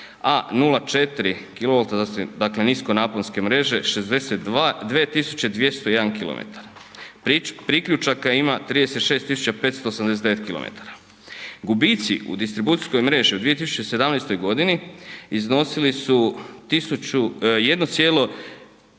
a 0,4 kV, dakle niskonaponske mreže, 62 201 km. Priključaka ima 36 579 km. Gubitci u distribucijskoj mreži u 2017. godini iznosili su 1,34